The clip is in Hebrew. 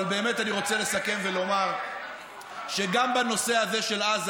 אבל באמת אני רוצה לסכם ולומר שגם בנושא הזה של עזה,